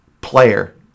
player